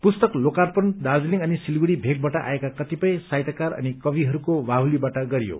पुस्तक लोकार्पण दार्जीलिङ अनि सिलगढ़ी भेकवाट आएका कतिपय साहित्यकार अनि कविहरूको बाहुलीवाट गरियो